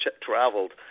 traveled